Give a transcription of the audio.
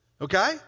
Okay